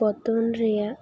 ᱯᱚᱛᱚᱱ ᱨᱮᱭᱟᱜ